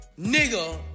Nigga